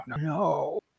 no